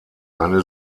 eine